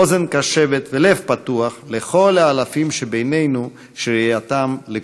אוזן קשבת ולב פתוח לכל האלפים שבינינו שראייתם לקויה.